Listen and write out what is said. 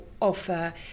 offer